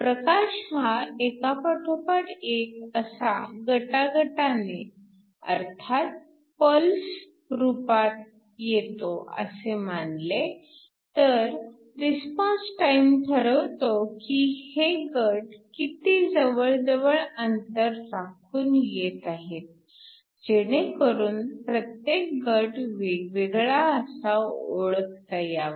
प्रकाश हा एकापाठोपाठ एक असा गटागटाने अर्थात पल्स रूपात येतो असे मानले तर रिस्पॉन्स टाइम ठरवतो की हे गट किती जवळ जवळ अंतर राखून येत आहेत जेणेकरून प्रत्येक गट वेगवेगळा असा ओळखता यावा